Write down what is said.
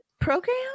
program